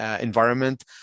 environment